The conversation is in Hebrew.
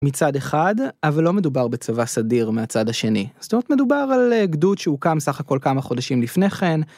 מצד אחד אבל לא מדובר בצבא סדיר מהצד השני זאת אומרת מדובר על גדוד שהוקם סך הכל כמה חודשים לפני כן.